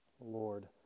Lord